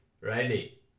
Riley